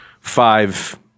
five